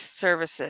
services